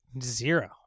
zero